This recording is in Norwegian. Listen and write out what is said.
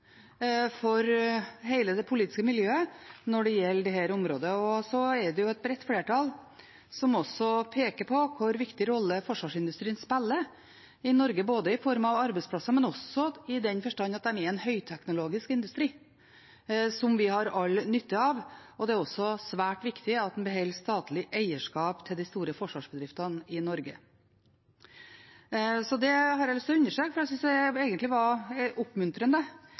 for hele det politiske miljøet når det gjelder dette området. Så er det et bredt flertall som peker på den viktige rollen forsvarsindustrien spiller i Norge i form av arbeidsplasser, men også i den forstand at de er en høyteknologisk industri, som vi har all nytte av. Det er også svært viktig at en beholder statlig eierskap til de store forsvarsbedriftene i Norge. Det har jeg lyst til å understreke, for jeg synes egentlig det var oppmuntrende